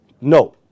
No